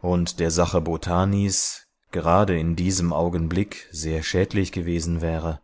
und der sache bhotanis gerade in diesem augenblick sehr schädlich gewesen wäre